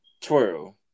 Twirl